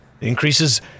Increases